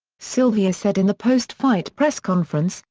sylvia said in the post-fight press conference,